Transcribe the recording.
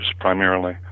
primarily